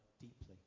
deeply